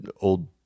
old